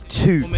two